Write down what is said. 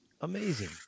Amazing